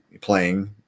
playing